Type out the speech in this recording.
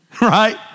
Right